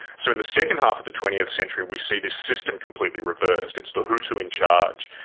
so in the second half of the twentieth century we see this system completely reversed. it's the hutu in charge.